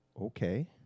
okay